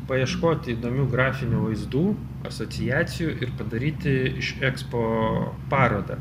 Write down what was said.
paieškoti įdomių grafinių vaizdų asociacijų ir padaryti iš ekspo parodą